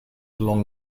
along